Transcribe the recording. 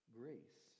grace